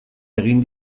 egin